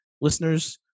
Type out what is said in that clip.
listeners